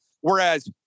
whereas